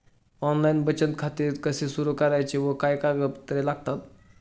Online बचत खाते कसे सुरू करायचे व काय कागदपत्रे लागतात?